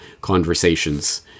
conversations